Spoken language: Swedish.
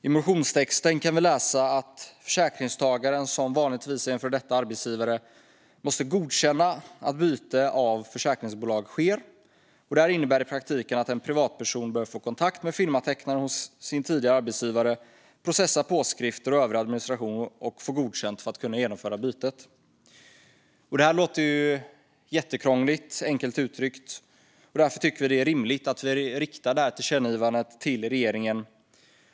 I motionstexten kan vi läsa att försäkringstagaren, som vanligtvis är en före detta arbetsgivare, måste godkänna att byte av försäkringsbolag sker. Detta innebär i praktiken att en privatperson behöver få kontakt med firmatecknaren hos sin tidigare arbetsgivare, processa påskrifter och övrig administration och få godkänt för att kunna genomföra bytet. Det här låter ju jättekrångligt - enkelt uttryckt - och därför tycker vi att det är rimligt att vi föreslår detta tillkännagivande till regeringen.